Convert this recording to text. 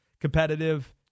competitive